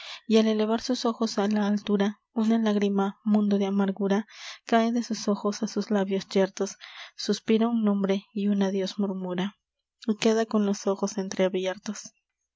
y al elevar sus ojos á la altura una lágrima mundo de amargura cae de sus ojos á sus labios yertos suspira un nombre y un adios murmura y queda con los ojos entreabiertos